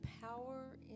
power